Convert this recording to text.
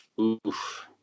Oof